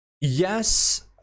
yes